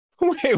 Wait